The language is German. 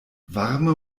warme